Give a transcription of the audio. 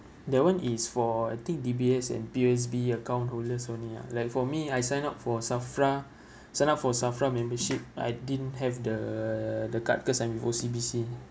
that one is for I think D_B_S and P_O_S_B account holders only ah like for me I sign up for SAFRA sign up for SAFRA membership I didn't have the the card cause I'm O_C_B_C